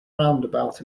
roundabout